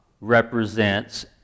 represents